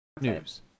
news